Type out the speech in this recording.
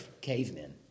cavemen